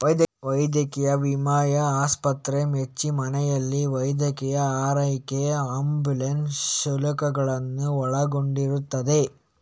ವೈದ್ಯಕೀಯ ವಿಮೆಯು ಆಸ್ಪತ್ರೆ ವೆಚ್ಚ, ಮನೆಯಲ್ಲಿ ವೈದ್ಯಕೀಯ ಆರೈಕೆ ಆಂಬ್ಯುಲೆನ್ಸ್ ಶುಲ್ಕಗಳನ್ನು ಒಳಗೊಂಡಿರುತ್ತದೆ